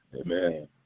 Amen